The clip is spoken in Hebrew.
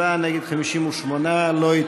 בעד, 57, נגד, 58. הסתייגות מס' 33 לא התקבלה.